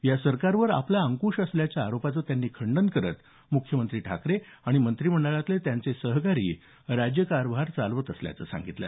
या सरकारवर आपला अंकृश असल्याच्या आरोपांचं त्यांनी खंडन करत मुख्यमंत्री ठाकरे आणि मंत्रिमंडळातले त्यांचे सहकारी राज्यकारभार चालवत असल्याचं सांगितलं